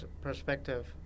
perspective